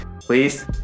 please